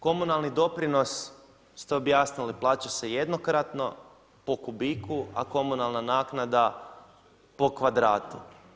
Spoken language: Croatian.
Komunalni doprinos ste objasnili plaća se jednokratno po kubiku, a komunalna naknada po kvadratu.